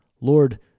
Lord